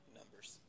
numbers